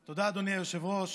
תודה, אדוני היושב-ראש.